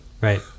right